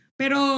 pero